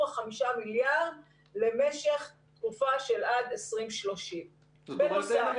5 מיליארד למשך תקופה של עד 2030. זאת אומרת,